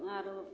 नहा धोके